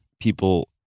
people